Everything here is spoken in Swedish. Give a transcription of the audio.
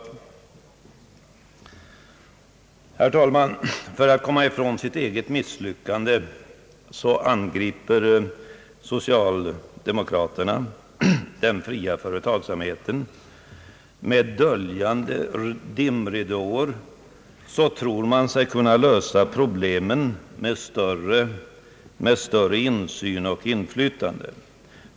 Herr talman! För att komma ifrån sitt eget misslyckande angriper socialdemokraterna den fria företagsamheten. Bakom döljande dimridåer tror man sig kunna lösa problemen med hjälp av större insyn och inflytande.